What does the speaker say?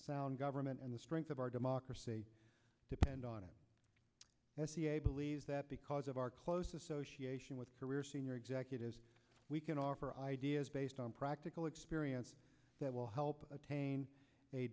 sound government and the strength of our democracy depend on it believes that because of our close association with career senior executives we can offer ideas based on practical experience that will help attain a